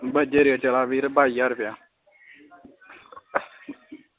अजै दा रेट चला दा बीर बाई ज्हार रपेआ